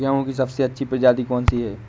गेहूँ की सबसे अच्छी प्रजाति कौन सी है?